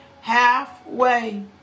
halfway